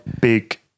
big